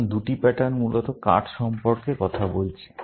সুতরাং দুটি প্যাটার্ন মূলত কার্ড সম্পর্কে কথা বলছে